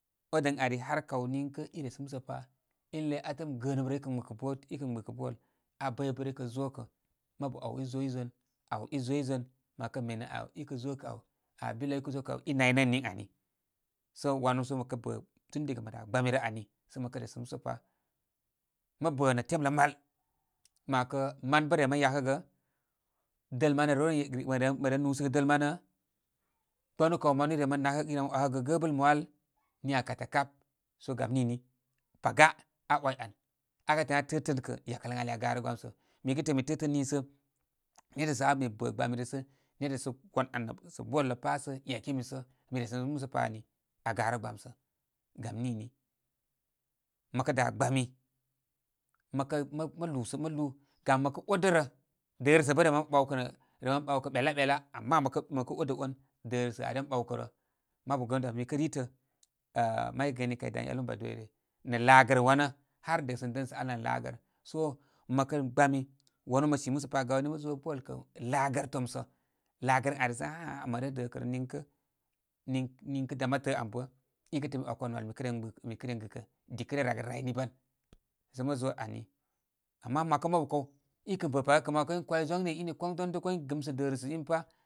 Odə ən ari har kaw niŋkə i resə musə pa in ləy atəm gəənəm rə i kə gbɨkə bot, i kə gbɨkə' ball abə'ybə'rə ikə zo' kə'. Mabu āw i zoyzon, āw i zoyzon. Mo 'wakə mene āw i kə zo kə aw bile i kə zo āw, i nay nə' ən niŋ ani. So wanu so mə kə' bə' tun diga mə dā gbamirə ani, sə mə kə resə musə pa. Mə bə' nə temlə mal, mə 'wakə man bə' rem ren yakəgə, dəl manə rewren məren mə'ren lūū səgə dəl manə, gbanu kaw manu i remren nakəgə, i ren 'wakəgə gəbəl ma al- niya katakap. So gam nini paga aa 'way an, akə təə an aa təətən kə' yakəl ən ali a garə gbamsə. Mi kə təə min mi tə tən niisə ne'tə' sə ha mi bə' gbami rə sə netə' sə ha mi bə' gbami rə sə netə' sə wan an abə sə ball lə pā sə yakumi sə mi resənə musə pa ani, agarə gbamsə'. Gam nini, mə da gbami, məkə mə lūsə mə lū. Gam mə kə odərə, dərəsə' bə' remren boawkə' nə' rem ren boawkə boelaboela. Ama məkə-məkə oda on dərə sə' arem boawkə' rə. Mabu gəənu dabə', mikə ritə a'h may gəəni kay daŋ i yalu ha dəsə dən sə alə nə' laagər. So məkə gbami, wamu mə si musə pa, gawni mə zo ball kə' laagər tomsə. Laagər ən ari sə hahaha mə re dəkə rə. Niŋkə, niŋ-niŋkə dam atə'ə' am bə' i kə' təə ən mi 'wakə 'wan nwal mi kə ren gbɨkə mi kə ren gɨkə dikə ryə ragəl ray ni ban sə mo zo ani. Ama mə kə mabu kaw, i kən bə' paga kə' ma 'wakə in kwai zwagne ine kwaŋdogdoŋ kwa, i kən gɨmo dərəsə in pā.